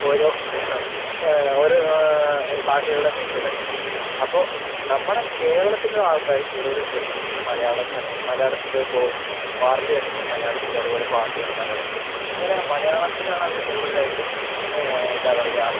ഓരോ ഓരോ ഭാഷകളിലെ ന്യൂസ്കളായിരിക്കും അപ്പൊ നമ്മടെ കേരളത്തിലുള്ള ആൾക്കാര് കൂടുതല് ശ്രദ്ധിക്കുന്നത് മലയാള സമയ മലയാളത്തിൻ്റെ ഇപ്പൊ വാർത്ത ആണെങ്കിൽ മലയാളത്തില് അതുപോലെ പാട്ടുകള് മലയാളത്തില് അങ്ങനെ മലയാളത്തിനാണ് അവര് കൂടുതലായിട്ടും എന്താ പറയുക